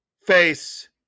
face